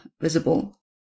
visible